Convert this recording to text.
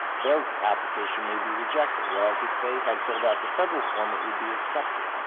their application may be rejected whereas if they had filled out the federal form, it would be accepted.